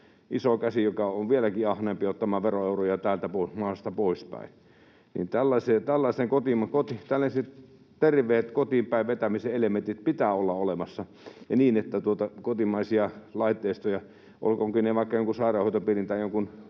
iso käsi, joka on vieläkin ahneempi ottamaan veroeuroja tästä maasta poispäin. Tällaiset terveet kotiin päin vetämisen elementit pitää olla olemassa ja niin, että kotimaisia laitteistoja, olkootkin ne vaikka jonkun sairaanhoitopiirin